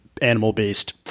animal-based